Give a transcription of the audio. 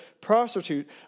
prostitute